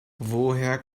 woher